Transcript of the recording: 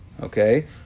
Okay